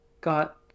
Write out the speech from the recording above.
got